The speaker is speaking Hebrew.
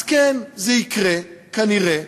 אז כן, זה יקרה, כנראה,